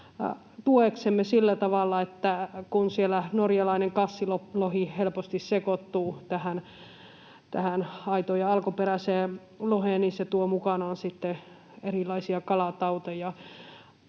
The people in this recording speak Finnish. tueksemme tässä sillä tavalla, että kun siellä norjalainen kassilohi helposti sekoittuu tähän aitoon ja alkuperäiseen loheen, niin se tuo mukanaan sitten erilaisia kalatauteja.